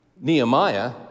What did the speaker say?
Nehemiah